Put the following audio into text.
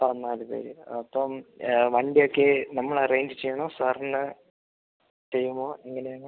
പതിനാല് പേര് അപ്പം വണ്ടിയൊക്കെ നമ്മൾ അറേഞ്ച് ചെയ്യണോ സാറിന് ചെയ്യുമോ എങ്ങനെയാണ്